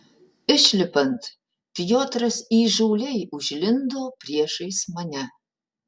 išlipant piotras įžūliai užlindo priešais mane